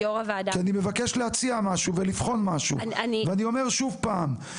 כי אני מבקש להציע משהו ולבחון משהו ואני אומר שוב פעם,